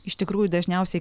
iš tikrųjų dažniausiai